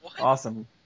Awesome